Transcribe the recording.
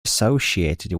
associated